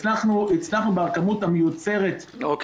הצלחנו, בכמות המיוצרת פה בישראל,